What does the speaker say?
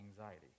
anxiety